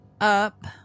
up